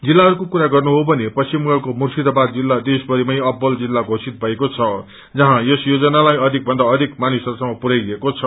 जिल्लाहरूको कुरा गर्नुहो भने पश्चिम बंगालको मुर्शिदाबाद जिल्ल देश भरिनै अब्वल जिल्ल घोषित भएको छ जहाँ यस योजनालाई अधिक भन्दा अधिक मानिसहरूसम्म पुरयाइएको छ